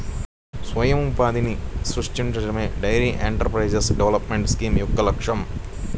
స్వయం ఉపాధిని సృష్టించడమే డెయిరీ ఎంటర్ప్రెన్యూర్షిప్ డెవలప్మెంట్ స్కీమ్ యొక్క లక్ష్యం